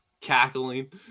cackling